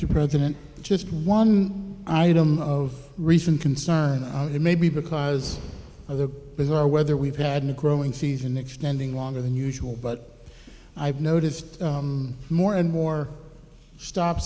to president just one item of recent concern maybe because of the bizarre weather we've had in a growing season extending longer than usual but i've noticed more and more stop